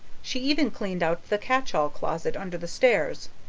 she even cleaned out the catch-all closet under the stairs,